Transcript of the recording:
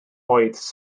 oedd